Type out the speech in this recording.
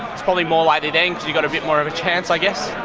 it's probably more likely then because you've got a bit more of a chance i guess.